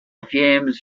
fumes